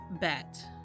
bet